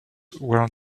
were